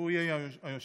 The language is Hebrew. והוא יהיה היושב-ראש,